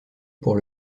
pour